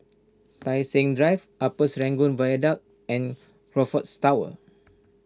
Tai Seng Drive Upper Serangoon Viaduct and Crockfords Tower